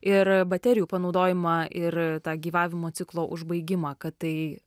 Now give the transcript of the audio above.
ir baterijų panaudojimą ir tą gyvavimo ciklo užbaigimą kad tai